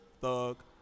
Thug